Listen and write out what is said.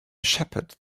shepherd